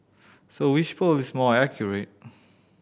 so which poll is more accurate